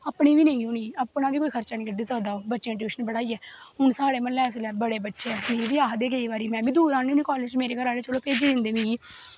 अपनी बी कोई निं होनी अपना बी कोई खर्चा निं कड्ढी सकदा टयूशन पढ़ाइयै हून साढ़ै म्हल्लै बड़े बच्चे मिगी बी आखदे केईं बारी में बी दूर आनी होनी कालेज मेरे घरे आह्ले चलो भेज्जी दिंदे मिगी